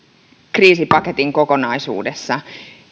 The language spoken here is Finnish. kriisipaketin kokonaisuudessa